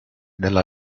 della